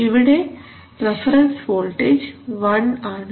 ഇവിടെ reference voltage 1 ആണ്